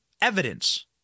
evidence